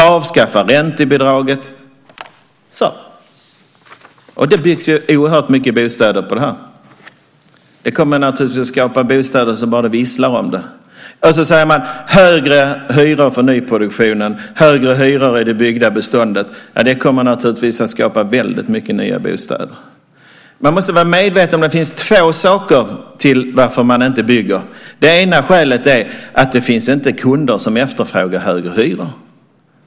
Avskaffa räntebidraget! Då byggs det ju oerhört mycket bostäder. Det kommer naturligtvis att skapa bostäder så det bara visslar om det. Ni vill också ha högre hyror för nyproduktionen och högre hyror i det byggda beståndet. Det kommer naturligtvis att skapa väldigt mycket nya bostäder. Man måste vara medveten om att det finns två orsaker till att det inte byggs. Den ena är att det inte finns kunder som efterfrågar högre hyror.